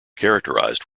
characterized